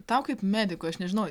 tau kaip medikui aš nežinau